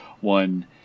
one